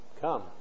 Come